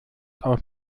auf